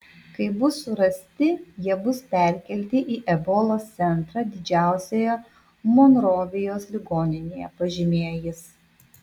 kai bus surasti jie bus perkelti į ebolos centrą didžiausioje monrovijos ligoninėje pažymėjo jis